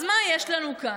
אז מה יש לנו כאן?